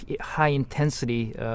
high-intensity